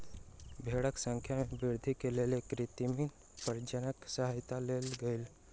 भेड़क संख्या में वृद्धि के लेल कृत्रिम प्रजननक सहयता लेल गेल